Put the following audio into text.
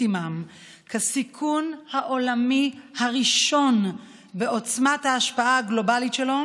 עימם כסיכון העולמי הראשון בעוצמת ההשפעה הגלובלית שלו,